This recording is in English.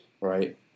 right